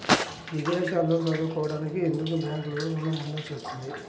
విదేశాల్లో చదువుకోవడానికి ఎందుకు బ్యాంక్లలో ఋణం మంజూరు చేస్తుంది?